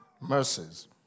mercies